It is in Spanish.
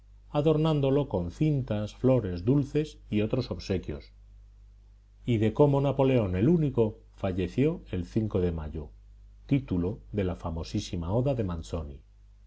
adornándolo con cintas flores dulces y otros obsequios y de cómo napoleón el único falleció el de mayo título de la famosísima oda de manzoni